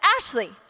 Ashley